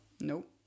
Nope